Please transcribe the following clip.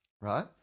Right